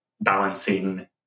balancing